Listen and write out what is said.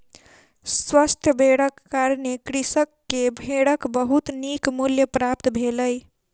स्वस्थ भेड़क कारणें कृषक के भेड़क बहुत नीक मूल्य प्राप्त भेलै